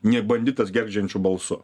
ne banditas gergždžiančiu balsu